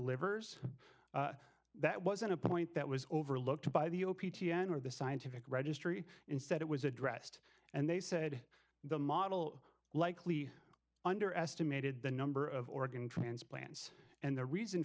livers that wasn't a point that was overlooked by the opi t n or the scientific registry instead it was addressed and they said the model likely underestimated the number of organ transplants and the reason